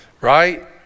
right